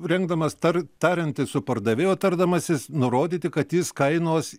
rinkdamas tar tariantis su pardavėju tardamasis nurodyti kad jis kainos